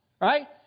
right